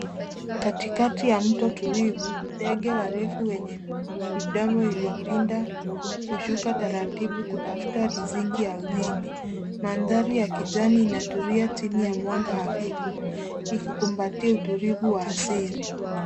Katikati ya mto tulivu ndege warefu wenye midomo iliyopinda hushuka taratibu kitafta riziki ardhini, mandhari ya kijani inatulia chini ya mwanga hafifu ikikumbatia utulivu wa asili.